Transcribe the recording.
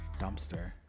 dumpster